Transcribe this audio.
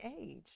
age